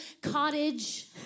cottage